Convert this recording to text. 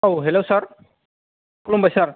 औ hello sir खुलुमबाय सार